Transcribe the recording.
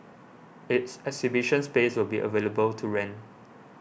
its exhibition space will be available to rent